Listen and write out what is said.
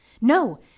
No